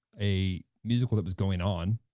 a musical that was going on.